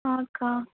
అక్కా